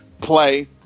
Play